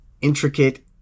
intricate